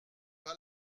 pas